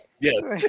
Yes